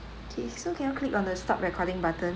okay so can you click on the stop recording button